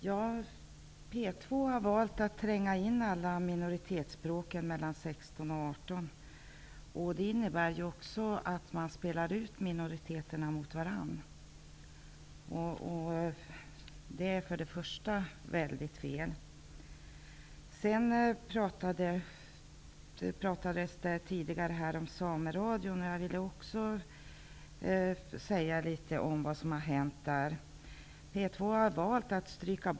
Herr talman! 16 och 18. Det innebär också att man spelar ut minoriteterna mot varandra. Det är väldigt fel. Det pratades tidigare om Sameradion. Jag vill också säga litet om vad som har hänt där.